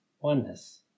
oneness